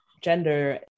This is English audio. gender